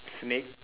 snake